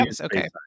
okay